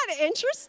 interesting